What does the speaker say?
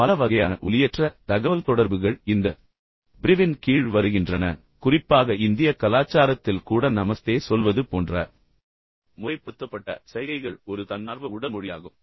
பல வகையான ஒலியற்ற தகவல்தொடர்புகள் உண்மையில் இந்த பிரிவின் கீழ் வருகின்றன குறிப்பாக இந்திய கலாச்சாரத்தில் கூட நமஸ்தே சொல்வது போன்ற முறைப்படுத்தப்பட்ட சைகைகள் உண்மையில் ஒரு தன்னார்வ உடல் மொழியாகும்